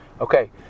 Okay